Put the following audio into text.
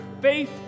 faith